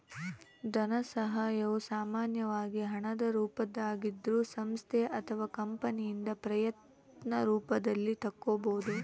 ಧನಸಹಾಯವು ಸಾಮಾನ್ಯವಾಗಿ ಹಣದ ರೂಪದಾಗಿದ್ರೂ ಸಂಸ್ಥೆ ಅಥವಾ ಕಂಪನಿಯಿಂದ ಪ್ರಯತ್ನ ರೂಪವನ್ನು ತಕ್ಕೊಬೋದು